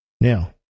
Now